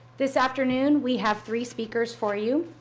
this afternoon we have three speakers for you.